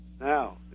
Now